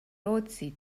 rootsi